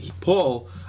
Paul